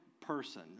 person